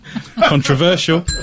Controversial